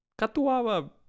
catuaba